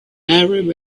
arab